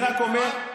יהודה וינשטיין.